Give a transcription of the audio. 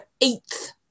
eighth